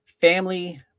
Family